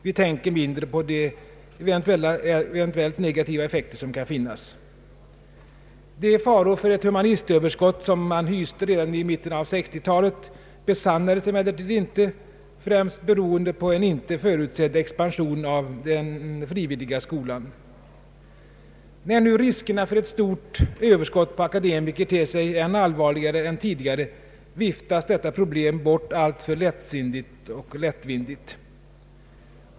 Vi tänker mindre på de negativa effekter som eventuellt kan finnas. De farhågor för ett humanistöverskott som man hyste redan i mitten av 1960 talet besannades emellertid inte, främst beroende på en inte förutsedd expansian av den frivilliga skolan. När nu riskerna för ett stort överskott på akademiker ter sig ännu allvarligare än tidigare, viftas detta problem bort alltför lättsinnigt och lättvindigt.